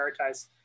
prioritize